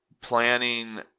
Planning